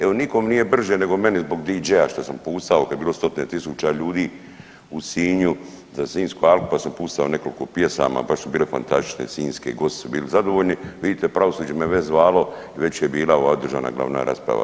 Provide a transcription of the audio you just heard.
Evo, nikom nije brže nego meni zbog DJ-a, što sam pustao, kad je bilo 105 tisuća ljudi u Sinju za Sinjsku alku pa sam pustao nekoliko pjesama, baš su bile fantastične sinjske, gosti su bili zadovoljni, vidite, pravosuđe me već zvalo i već je bila ova državna glavna rasprava.